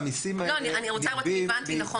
אני רוצה לראות אם הבנתי מחר.